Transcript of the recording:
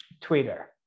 Twitter